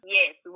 Yes